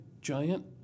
giant